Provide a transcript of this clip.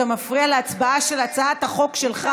אתה מפריע להצבעה על ההצעה שלך,